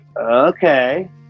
okay